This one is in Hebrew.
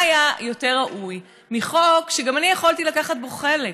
מה היה יותר ראוי מחוק שגם אני יכולתי לקחת בו חלק,